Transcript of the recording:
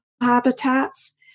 habitats